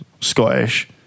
Scottish